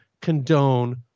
condone